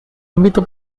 ámbito